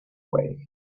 way